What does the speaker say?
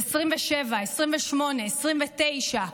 27, 28, 29,